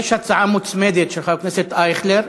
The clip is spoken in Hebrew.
יש הצעה מוצמדת של חבר הכנסת אייכלר,